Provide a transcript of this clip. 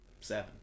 seven